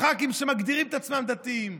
לחברי הכנסת שמגדירים את עצמם דתיים,